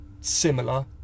similar